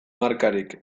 markarik